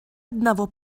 одного